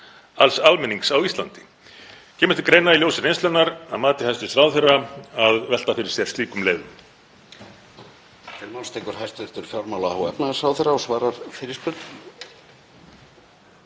alls almennings á Íslandi. Kemur til greina í ljósi reynslunnar, að mati hæstv. ráðherra, að velta fyrir sér slíkum leiðum?